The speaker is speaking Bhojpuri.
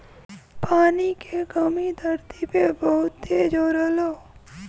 पानी के कमी धरती पे बहुत तेज हो रहल हौ